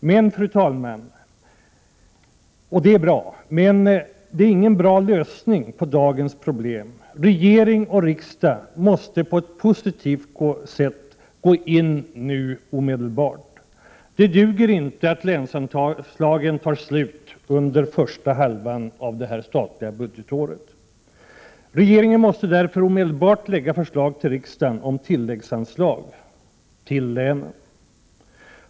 Det är bra, men, fru talman, det är ingen bra lösning på dagens problem. Regering och riksdag måste på ett positivt sätt gå in nu, omedelbart. Det duger inte att länsanslagen tar slut under första halvan av det statliga budgetåret. Regeringen måste omedelbart lägga förslag till riksdagen om tilläggsanslag till länen.